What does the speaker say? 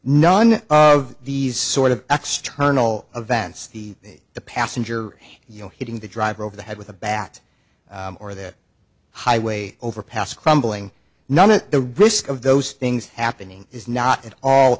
none of these sort of external events the the passenger you know hitting the driver over the head with a bat or the highway overpass crumbling none of the risk of those things happening is not at all